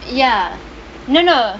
ya no no